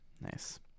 nice